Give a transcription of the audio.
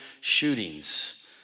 shootings